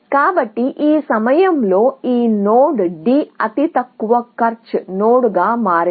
ఇక్కడ ఈ సమయంలో ఈ నోడ్ D అతి తక్కువ కాస్ట్ నోడ్గా మారింది